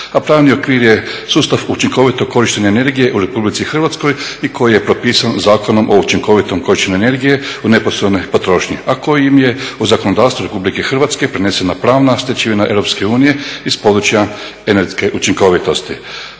A pravni okvir je sustav učinkovitog korištenja energije u Republici Hrvatskoj i koji je propisan Zakonom o učinkovitom korištenju energije u neposrednoj potrošnji, a kojim je u zakonodavstvu Republike Hrvatske prenesena pravna stečevina EU iz područja energetske učinkovitosti.